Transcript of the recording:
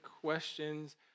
questions